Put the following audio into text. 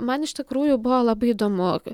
man iš tikrųjų buvo labai įdomu